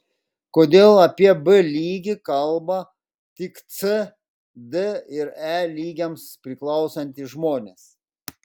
kodėl apie b lygį kalba tik c d ir e lygiams priklausantys žmonės